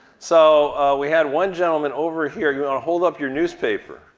so we had one gentleman over here. you wanna hold up your newspaper.